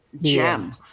gem